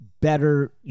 better